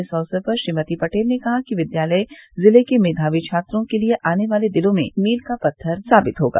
इस अवसर पर श्रीमती पटेल ने कहा कि विद्यालय ज़िले के मेधावी छात्रों के लिये आने वाले दिनों में मील का पत्थर साबित होगा